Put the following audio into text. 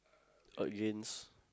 against